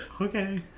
Okay